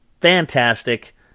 fantastic